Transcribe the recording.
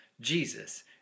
Jesus